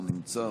לא נמצא,